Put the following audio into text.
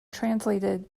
translated